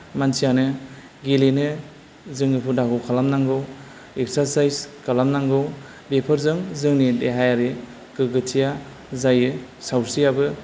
मानसियानो गेलेनो जोङो हुदाखौ खालामनांगौ एक्सारसायस खालामनांगौ बेफोरजों जोंनि देहायारि गोग्गोथिया जायो सावस्रियाबो